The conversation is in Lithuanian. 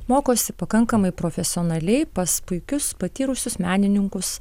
mokosi pakankamai profesionaliai pas puikius patyrusius menininkus